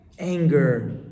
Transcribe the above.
anger